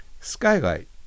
Skylight